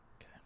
okay